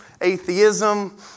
atheism